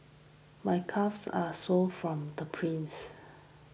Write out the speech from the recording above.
my calves are sore from the sprints